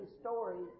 stories